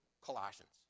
Colossians